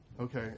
Okay